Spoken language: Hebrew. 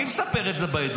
מי מספר את זה בעדות?